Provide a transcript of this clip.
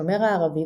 השומר הערבי,